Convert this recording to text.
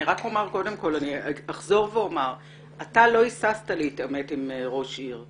אני רק אחזור ואומר שאתה לא היססת להתעמת עם ראש עיר.